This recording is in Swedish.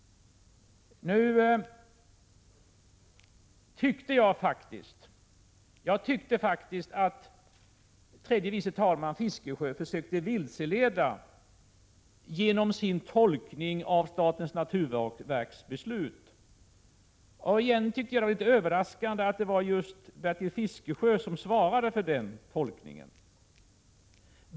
Jag tyckte faktiskt att tredje vice talman Bertil Fiskesjö försökte vilseleda genom sin tolkning av statens naturvårdsverks beslut. Det är överraskande att det var just Bertil Fiskesjö som svarade för den tolkningen.